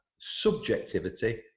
subjectivity